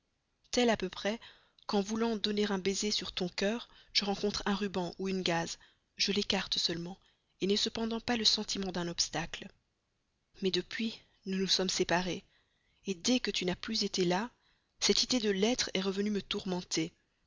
tel à peu près quand voulant donner un baiser sur ton cœur je rencontre un ruban ou une gaze je l'écarte seulement n'ai cependant pas le sentiment d'un obstacle mais depuis nous nous sommes séparés dès que tu n'as plus été là cette idée de lettre est revenue me tourmenter